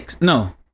No